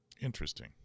Interesting